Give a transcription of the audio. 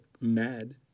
mad